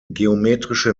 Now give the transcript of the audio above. geometrische